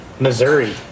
Missouri